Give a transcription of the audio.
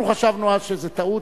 אנחנו חשבנו אז שזה טעות,